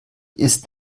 ist